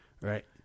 Right